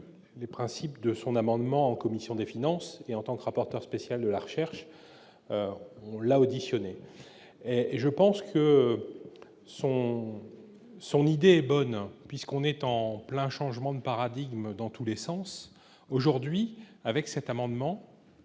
les principes de son amendement en commission des finances, et en tant que rapporteur spécial de la recherche, on l'a auditionné et je pense que son son idée bonne, puisqu'on est en plein changement de paradigme dans tous les sens aujourd'hui avec cet amendement